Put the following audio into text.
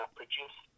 produce